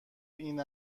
این